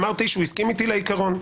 אמרתי שהוא הסכים איתי על העיקרון.